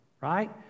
Right